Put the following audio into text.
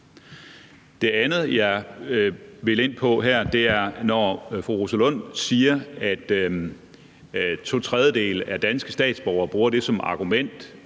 Det andet, jeg vil ind på her, er, at fru Rosa Lund siger, at to tredjedele af danske statsborgere bruger det som argument,